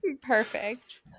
Perfect